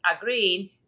agreeing